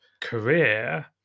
career